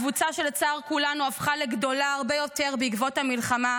קבוצה שלצער כולנו הפכה לגדולה הרבה יותר בעקבות המלחמה,